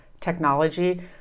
technology